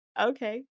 Okay